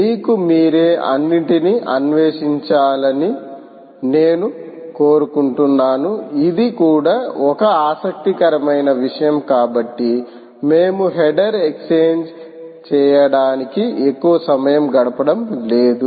మీకు మీరే అన్నింటినీ అన్వేషించాలని నేను కోరుకుంటున్నాను ఇది కూడా ఒక ఆసక్తికరమైన విషయం కాబట్టి మేము హెడర్ ఎక్స్ఛేంజ్ చేయడానికి ఎక్కువ సమయం గడపడం లేదు